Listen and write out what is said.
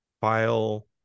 file